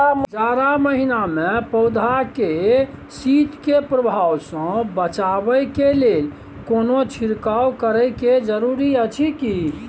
जारा महिना मे पौधा के शीत के प्रभाव सॅ बचाबय के लेल कोनो छिरकाव करय के जरूरी अछि की?